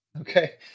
Okay